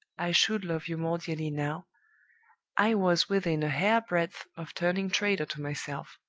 i should love you more dearly now i was within a hair-breadth of turning traitor to myself.